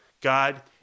God